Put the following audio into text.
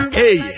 hey